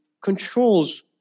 controls